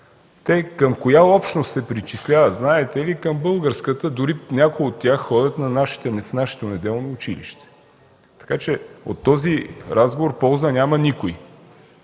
те към коя общност се причисляват, знаете ли? Към българската, дори някои от тях ходят в нашето неделно училище, така че от този разговор полза няма никой.